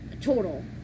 total